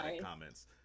comments